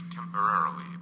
temporarily